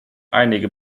einige